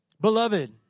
Beloved